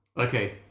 Okay